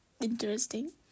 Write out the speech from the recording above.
interesting